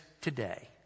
today